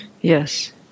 Yes